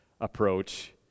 approach